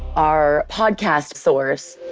our podcast source,